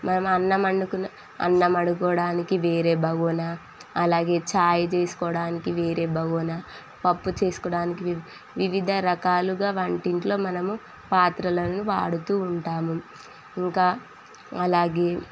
మన అన్నం వండుకున్న అన్నం వండుకోవడానికి వేరే బగోనీ అలాగే ఛాయ్ చేసుకోవడానికి వేరే బాగోనీ పప్పు చేసుకోవడానికి వి వివిధ రకాలుగా వంటింట్లో మనము పాత్రలను వాడుతూ ఉంటాము ఇంకా అలాగే